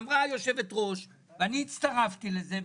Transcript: אמרה יושבת הראש ואני הצטרפתי לזה,